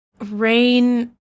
Rain